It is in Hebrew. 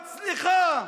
מצליחה,